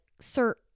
sir